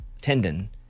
tendon